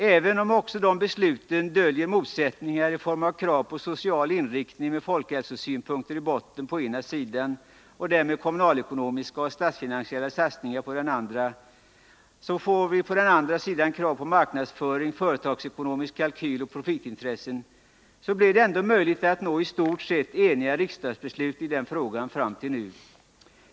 Även om också de besluten döljer motsättningar i form av å ena sidan krav på social inriktning med folkhälsosynpunkter i botten, och därmed kommunalekonomiska och statsfinansiella satsningar, och å andra sidan krav på marknadsföring, företagsekonomisk kalkyl och profitintressen, blev det ändå möjligt att nå i stort sett enhälliga riksdagsbeslut i frågan fram till nu.